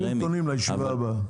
תביא נתונים לישיבה הבאה.